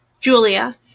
Julia